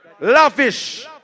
Lavish